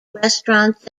restaurants